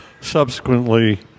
Subsequently